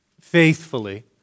faithfully